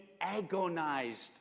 agonized